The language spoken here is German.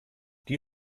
die